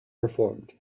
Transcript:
performed